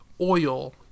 oil